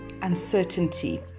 Uncertainty